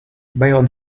byron